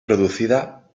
producida